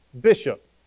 bishop